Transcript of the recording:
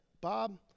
Bob